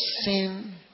sin